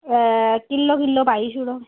एह् किल्लो किल्लो पाई छोड़ो